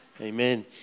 Amen